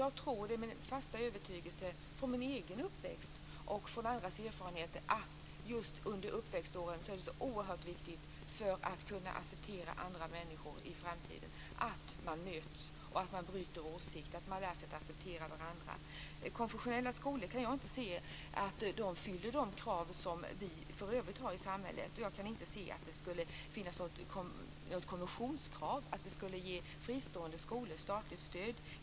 Det är min fasta övertygelse från min egen uppväxt och från andras erfarenheter att det just under uppväxtåren är så oerhört viktigt för att kunna acceptera andra människor i framtiden, att man möts, bryter åsikter och lär sig att acceptera varandra. Jag kan inte se att konfessionella skolor fyller de krav som vi i övrigt har i samhället. Jag kan inte heller finna att det på något sätt skulle finnas ett konventionskrav att ge fristående skolor statligt stöd.